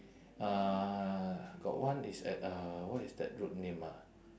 uh got one it's at uh what is that road name ah